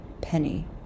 penny